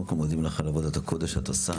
אנחנו מודים לך על עבודת הקודש שאת עושה.